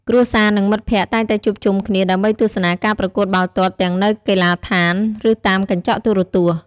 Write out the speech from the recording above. គ្រួសារ និងមិត្តភក្តិតែងតែជួបជុំគ្នាដើម្បីទស្សនាការប្រកួតបាល់ទាត់ទាំងនៅកីឡដ្ឋាន ឬតាមកញ្ចក់ទូរទស្សន៍។